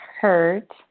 hurt